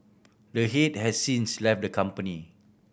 the head has since left the company